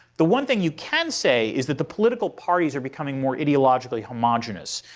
the one thing you can say is that the political parties are becoming more ideologically homogeneous.